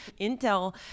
Intel